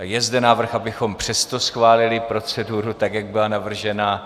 Je zde návrh, abychom přesto schválili proceduru, tak jak byla navržena.